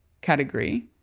category